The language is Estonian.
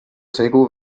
segu